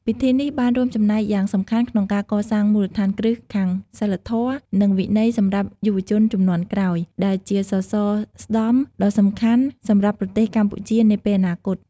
ពិធីនេះបានរួមចំណែកយ៉ាងសំខាន់ក្នុងការកសាងមូលដ្ឋានគ្រឹះខាងសីលធម៌ និងវិន័យសម្រាប់យុវជនជំនាន់ក្រោយ ដែលជាសសរស្តម្ភដ៏សំខាន់សម្រាប់ប្រទេសកម្ពុជានាពេលអនាគត។